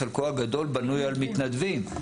חלקו הגדול בנוי על מתנדבים,